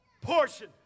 portion